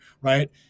Right